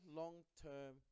long-term